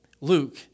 Luke